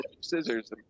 scissors